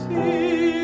See